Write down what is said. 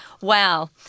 wow